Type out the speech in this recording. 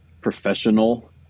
professional